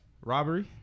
Robbery